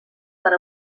per